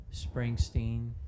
Springsteen